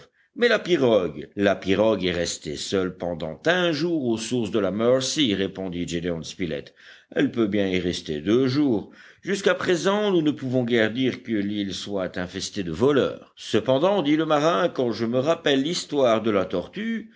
mais la pirogue la pirogue est restée seule pendant un jour aux sources de la mercy répondit gédéon spilett elle peut bien y rester deux jours jusqu'à présent nous ne pouvons guère dire que l'île soit infestée de voleurs cependant dit le marin quand je me rappelle l'histoire de la tortue